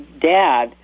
dad